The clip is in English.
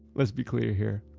let's be clear here.